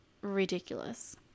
ridiculous